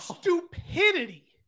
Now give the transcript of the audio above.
stupidity